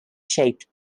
shaped